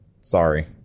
sorry